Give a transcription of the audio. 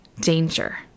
danger